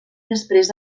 després